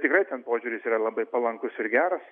tikrai ten požiūris yra labai palankus ir geras